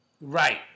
Right